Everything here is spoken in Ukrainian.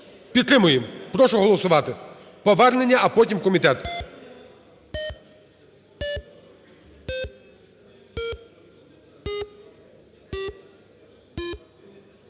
Підтримуємо, прошу голосувати повернення, а потім – комітет.